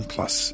Plus